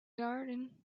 garden